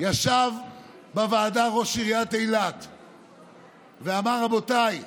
ישב בוועדה ראש עיריית אילת ואמר: רבותיי,